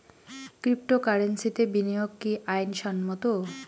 ক্রিপ্টোকারেন্সিতে বিনিয়োগ কি আইন সম্মত?